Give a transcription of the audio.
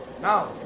Now